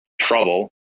trouble